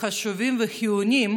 חשובים וחיוניים